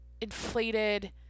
inflated